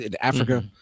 Africa